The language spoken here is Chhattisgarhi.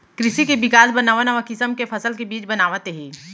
कृसि के बिकास बर नवा नवा किसम के फसल के बीज बनावत हें